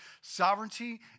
sovereignty